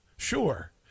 Sure